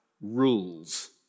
rules